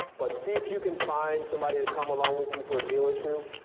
but see if you can find somebody to come along with you for a deal or two,